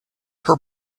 her